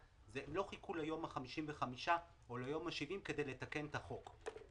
הם לא חיכו ליום ה-55 או ליום ה-70 כדי לתקן את החוק,